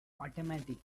automatic